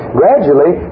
gradually